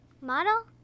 model